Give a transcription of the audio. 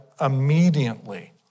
immediately